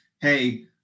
hey